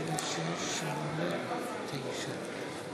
חברי הכנסת,